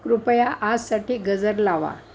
कृपया आजसाठी गजर लावा